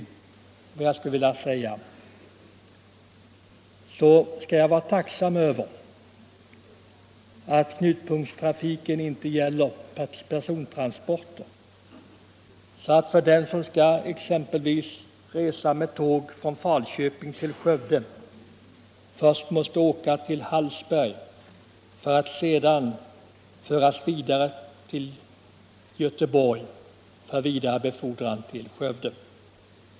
Jag är tacksam över att knutpunkttrafiksystemet inte gäller persontransporter, så att exempelvis den som skall resa med tåg från Falköping till Skövde först måste åka till Hallsberg för att sedan föras vidare till Göteborg för befordran därifrån till Skövde.